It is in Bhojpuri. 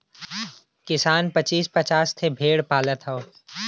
किसान पचीस पचास ठे भेड़ पालत हौ